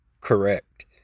Correct